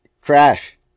Crash